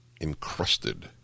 encrusted